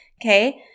Okay